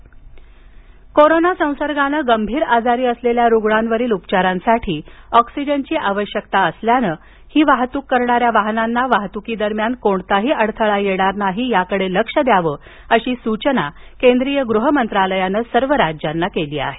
राज्यांना oxygen corona संसर्गानं गंभीर आजारी असलेल्या रुग्णांवरील उपचारांसाठी ऑक्सिजनची आवश्यकता असल्यानं ही वाहतूक करणाऱ्या वाहनांना वाहतुकीदरम्यान कोणताही अडथळा येणार नाही याकडं लक्ष द्यावं अशी सुचना केंद्रीय गृह मंत्रालयानं सर्व राज्यांना केली आहे